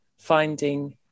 finding